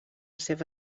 seva